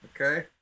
Okay